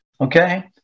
Okay